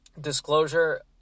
disclosure